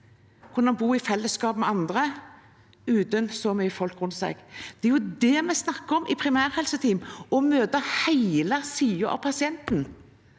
kunne han bo i fellesskap med andre uten så mye folk rundt seg. Det er det vi snakker om i primærhelseteam: å møte hele pasienten.